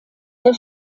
der